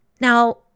Now